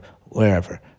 wherever